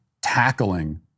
tackling